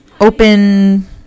open